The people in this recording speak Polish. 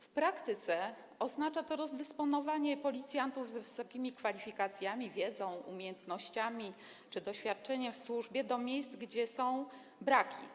W praktyce oznacza to rozdysponowanie policjantów z wysokimi kwalifikacjami: wiedzą, umiejętnościami czy doświadczeniem w służbie do miejsc, gdzie są braki.